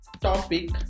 topic